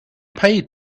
paid